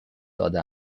داده